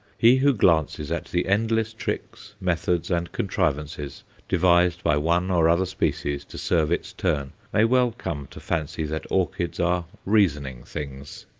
he who glances at the endless tricks, methods, and contrivances devised by one or other species to serve its turn may well come to fancy that orchids are reasoning things.